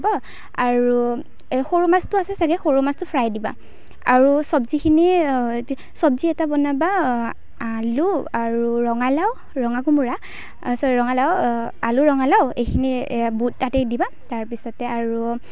হ'ব আৰু সৰু মাছটো আছে চাগে সৰু মাছটো ফ্ৰাই দিবা আৰু চব্জিখিনি চব্জি এটা বনাবা আলু আৰু ৰঙালাও ৰঙা কোমোৰা চৰি ৰঙালাও আলু ৰঙালাও এইখিনি বুট তাতে দিবা তাৰপিছতে আৰু